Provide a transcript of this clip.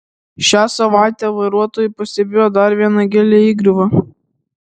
šią savaitę vairuotojai pastebėjo dar vieną gilią įgriuvą